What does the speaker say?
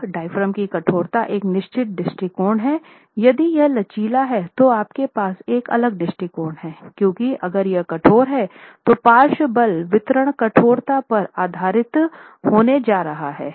अब डायाफ्राम की कठोरता एक निश्चित दृष्टिकोण हैयदि यह लचीला हैं तो आपके पास एक अलग दृष्टिकोण है क्योंकि अगर यह कठोर है तो पार्श्व बल वितरण कठोरता पर आधारित होने जा रहा है